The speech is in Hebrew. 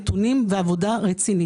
נתונים ועבודה רצינית.